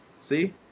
See